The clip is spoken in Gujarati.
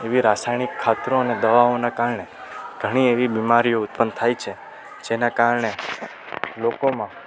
એવી રાસાયણિક ખાતરો અને દવાઓનાં કારણે ઘણી એવી બીમારીઓ ઉત્પન્ન થાય છે જેનાં કારણે લોકોમાં